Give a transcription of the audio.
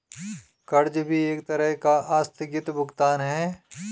कर्ज भी एक तरह का आस्थगित भुगतान है